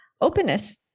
openness